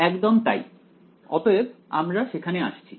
একদম তাই অতএব আমরা সেখানে আসছি